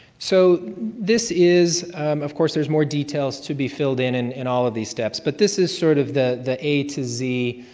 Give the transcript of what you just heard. so this is of course, there's more details to be filled in and in all of these steps, but this is sort of the the a to z